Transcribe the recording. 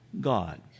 God